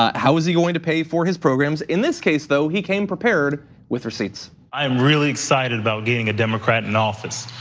um how is he going to pay for his programs? in this case, though he came prepared with receipts. i am really excited about getting a democrat in office.